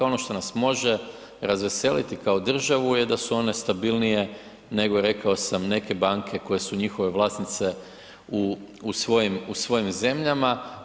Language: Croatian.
Ono što nas može razveseliti kao državu da su one stabilnije nego rekao sam neke banke koje su njihove vlasnice u svojim zemljama.